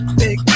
big